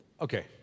Okay